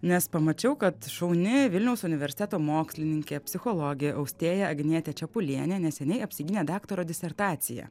nes pamačiau kad šauni vilniaus universiteto mokslininkė psichologė austėja agnietė čepulienė neseniai apsigynė daktaro disertaciją